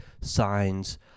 signs